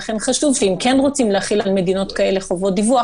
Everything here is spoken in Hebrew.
לכן חשוב שאם כן רוצים להחיל על מדינות כאלה חובות דיווח